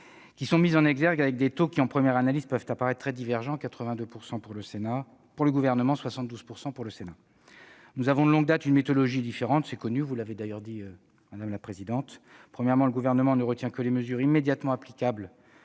qui sont mises en exergue, avec des taux qui, en première analyse, peuvent paraître très divergents : 82 % pour le Gouvernement, contre 72 % pour le Sénat. Nous avons de longue date une méthodologie différente ; vous l'avez d'ailleurs souligné, madame la sénatrice. Premièrement, le Gouvernement ne retient que les mesures immédiatement applicables,